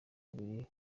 babiri